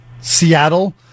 Seattle